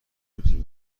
میتونی